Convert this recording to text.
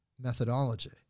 methodology